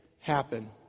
happen